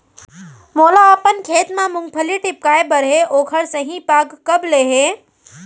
मोला अपन खेत म मूंगफली टिपकाय बर हे ओखर सही पाग कब ले हे?